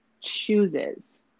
chooses